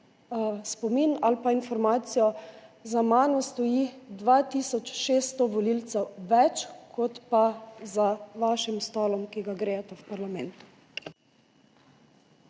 spomin ali pa informacijo, da za mano stoji 2 tisoč 600 volivcev več kot pa za vašim stolom, ki ga grejete v parlamentu.